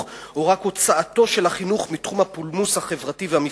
או רק הוצאתו של החינוך מתחום הפולמוס החברתי והמפלגתי.